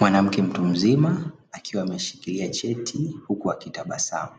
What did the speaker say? Mwanamke mtu mzima akiwa ameshikilia cheti huku akitabasamu.